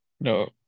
No